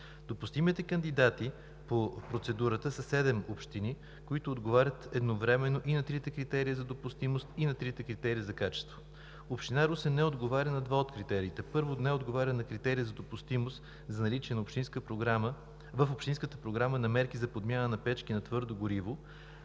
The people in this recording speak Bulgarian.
Допустимите кандидати по процедурата са седем общини, които отговарят едновременно и на трите критерия за допустимост, и на трите критерия за качество. Община Русе не отговоря на два от критериите. Първо, не отговаря на критерия за допустимост за наличие в общинската програма на мерки за подмяна на печки на твърдо гориво,